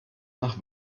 nach